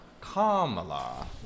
Kamala